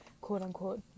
quote-unquote